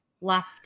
left